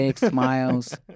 smiles